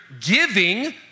giving